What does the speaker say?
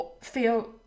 feel